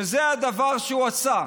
שזה הדבר שהוא עשה: